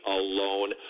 alone